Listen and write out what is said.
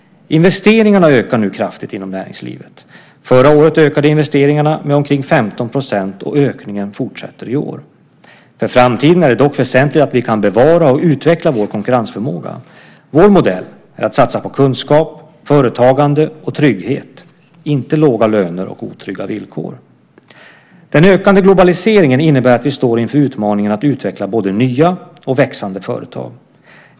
Investeringarna ökar nu kraftigt inom näringslivet. Förra året ökade investeringarna med omkring 15 %, och ökningen fortsätter i år. För framtiden är det dock väsentligt att vi kan bevara och utveckla vår konkurrensförmåga. Vår modell är att satsa på kunskap, företagande och trygghet - inte låga löner och otrygga villkor. Den ökade globaliseringen innebär att vi står inför utmaningen att utveckla både nya och växande företag.